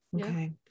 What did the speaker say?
Okay